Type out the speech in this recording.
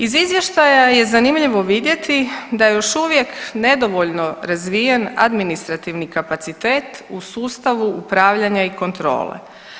Iz izvještaja je zanimljivo vidjeti da je još uvijek nedovoljno razvijen administrativni kapacitet u sustavu upravljanja i kontrole.